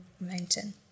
mountain